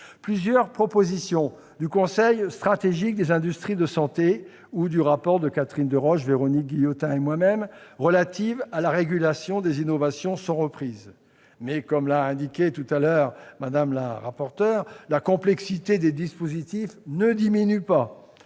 Plusieurs propositions du Conseil stratégique des industries de santé ou issues du rapport de Catherine Deroche, Véronique Guillotin et moi-même relatives à la régulation des innovations sont reprises. Cependant, Mme la rapporteur l'a dit, la complexité des dispositifs ne diminue pas.